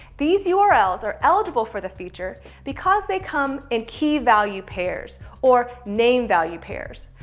these yeah urls are eligible for the feature because they come in key value pairs or name value pairs.